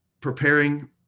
preparing